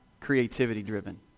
creativity-driven